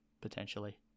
potentially